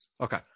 Okay